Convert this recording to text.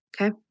Okay